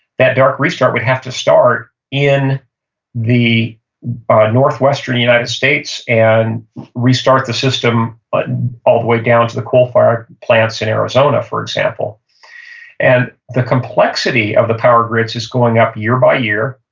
that dark restart would have to start in the northwestern united states and restart the system but all the way down to the coal-fired plants in arizona, for example and the complexity of the power grids is going up year by year.